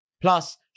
Plus